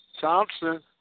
Thompson